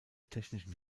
technischen